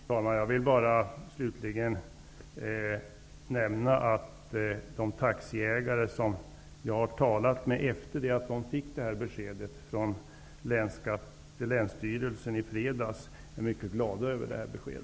Fru talman! Jag vill slutligen bara nämna att de taxiägare som jag har talat med efter det att de fick detta besked från länsstyrelsen i fredags är mycket glada över detta besked.